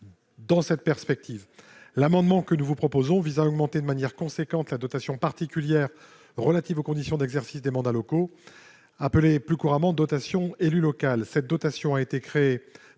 Dans cette perspective, l'amendement que nous vous proposons vise à augmenter de manière importante la dotation particulière relative aux conditions d'exercice des mandats locaux, la DPEL, appelée plus couramment « dotation élu local ». Cette dotation avait été créée